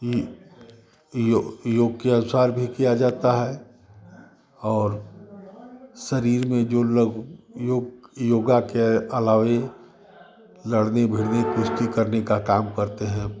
यह यो योग के अनुसार भी किया जाता है और शरीर में जो लहू योग योगा के अलावा यह लड़ने भिड़ने कुश्ती करने का काम करते हैं